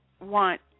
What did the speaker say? want